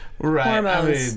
Right